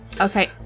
Okay